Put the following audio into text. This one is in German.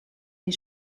die